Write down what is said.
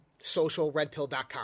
SocialRedPill.com